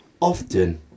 Often